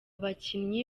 bakinnyi